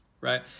Right